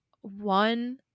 one